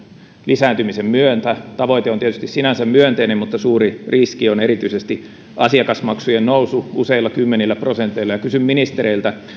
lisääntymisen myötä tavoite on tietysti sinänsä myönteinen mutta suuri riski on erityisesti asiakasmaksujen nousu useilla kymmenillä prosenteilla kysyn ministereiltä